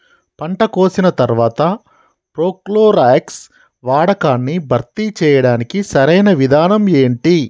పంట కోసిన తర్వాత ప్రోక్లోరాక్స్ వాడకాన్ని భర్తీ చేయడానికి సరియైన విధానం ఏమిటి?